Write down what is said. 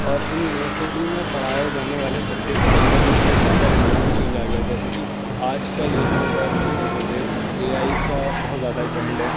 اور ان یونیورسٹی میں پڑھائے جانے والے سبجیکٹ کے اندر بھی بہت زیادہ بیونڈ چینج آ گیا ہے جیسے کہ آج کل یہاں پر اتر پردیش میں اے آئی کا بہت زیادہ ٹرینڈ ہے